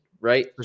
right